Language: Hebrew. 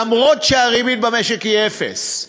אף-על-פי שהריבית במשק היא אפס.